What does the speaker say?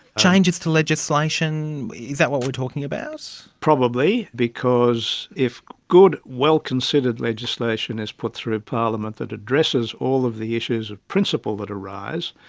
changes to legislation, is that what we're talking about? probably, because if good, well considered legislation is put through parliament that addresses all of the issues of principle that arise,